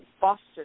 foster